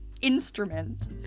instrument